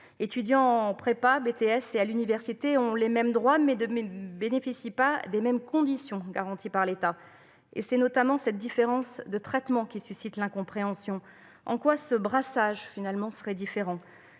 technicien supérieur (BTS) et à l'université ont les mêmes droits, mais ne bénéficient pas des mêmes conditions garanties par l'État. Et c'est notamment cette différence de traitement qui suscite l'incompréhension. En quoi ce brassage serait-il différent ?